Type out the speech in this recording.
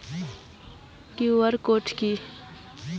QR code কি?